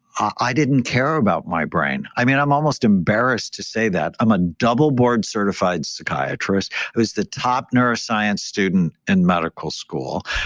i didn't care about my brain. i mean i'm almost embarrassed to say that i'm a double board certified psychiatrist who is the top neuroscience student in medical school,